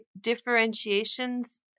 differentiations